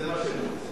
זה מה שהם רוצים.